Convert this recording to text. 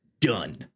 done